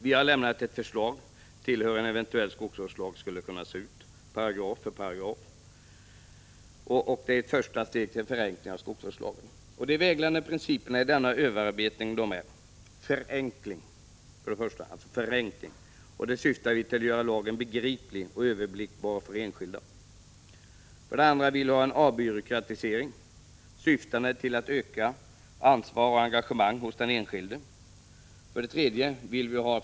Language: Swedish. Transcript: Vi har lämnat ett förslag till hur skogsvårdslagen skulle kunna se ut, paragraf för paragraf. Det är första steget till en förenkling av skogsvårdslagen. De vägledande principerna i denna överarbetning är: 1. Förenkling, syftande till att göra lagen begriplig och överblickbar för den enskilde 2. Avbyråkratisering, syftande till att öka ansvar och engagemang hos den enskilde 3.